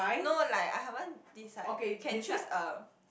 no like I haven't decide can choose a